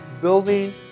building